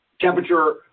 Temperature